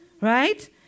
right